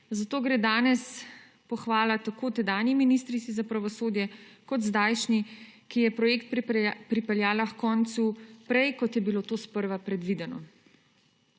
Zato gre danes pohvala tako tedanji ministrici za pravosodje kot zdajšnji, ki je projekt pripeljala h koncu prej, kot je bilo to sprva predvideno.